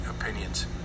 opinions